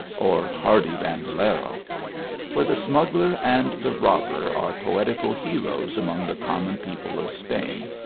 or hardy bandalero for the smuggler and the robber are poetical heroes among the common people of spain.